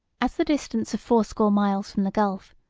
as the distance of fourscore miles from the gulf,